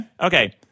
Okay